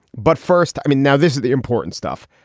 but first, i mean now this is the important stuff.